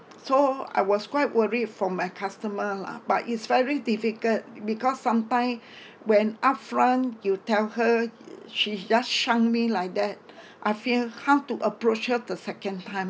so I was quite worried for my customer lah but it's very difficult because sometime when upfront you tell her she just shun me like that I feel how to approach her the second time